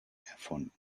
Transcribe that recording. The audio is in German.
erfunden